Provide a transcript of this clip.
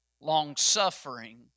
long-suffering